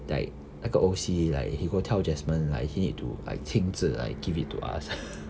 that like 那个 O_C like he go tell jasmond like he need to like 签字 like give it to us